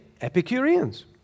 Epicureans